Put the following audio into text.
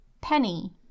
Penny